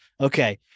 okay